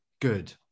good